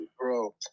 bro